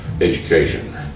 education